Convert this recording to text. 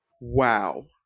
Wow